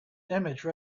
image